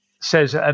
says